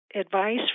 advice